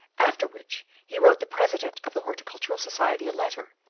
after which he wrote the president of the horticultural society a letter,